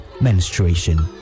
menstruation